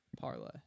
parlay